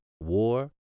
war